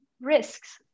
risks